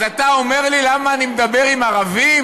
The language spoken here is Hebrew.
אז אתה אומר לי למה אני מדבר עם ערבים?